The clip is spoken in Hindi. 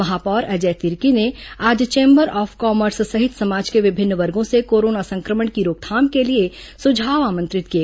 महापौर अजय तिर्की ने आज चेंबर ऑफ कॉमर्स सहित समाज के विभिन्न वर्गो से कोरोना संक्रमण की रोकथाम के लिए सुझाव आमंत्रित किए